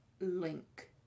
link